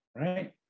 right